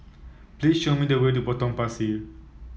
please show me the way to Potong Pasir